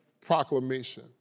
proclamation